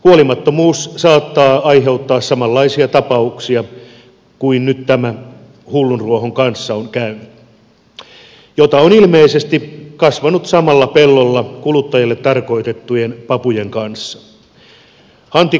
huolimattomuus saattaa aiheuttaa samanlaisia tapauksia kuin nyt on käynyt tämän hulluruohon kanssa jota on ilmeisesti kasvanut samalla pellolla kuluttajille tarkoitettujen papujen kanssa